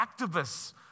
activists